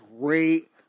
Great